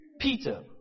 Peter